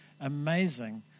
amazing